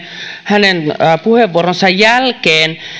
hänen puheenvuoronsa jälkeen